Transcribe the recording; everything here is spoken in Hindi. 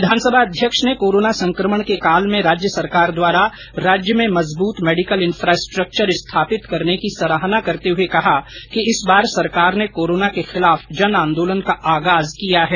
विधानसभा अध्यक्ष ने कोरोना संक्रमण के काल में राज्य सरकार द्वारा राज्य मे मजबूत मेडिकल इन्फ्रास्ट्रेक्चर स्थापित करने की सराहना करते हुए कहा कि इस बार सरकार ने कोरोना के विरूद्ध जन आन्दोलन का आगाज किया है